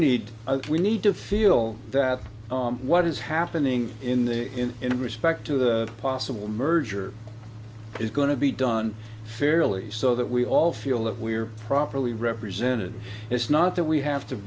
need we need to feel what is happening in the in respect to the possible merger is going to be done fairly so that we all feel that we are properly represented it's not that we have to